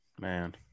Man